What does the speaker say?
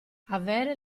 avere